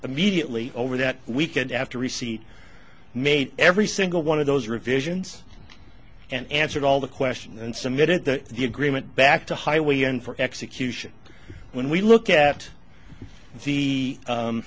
immediately over that weekend after receipt made every single one of those revisions and answered all the questions and submitted that the agreement back to highway and for execution when we look at the